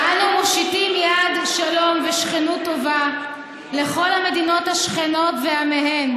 "אנו מושיטים יד שלום ושכנות טובה לכל המדינות השכנות ועמיהן,